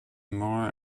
more